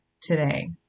today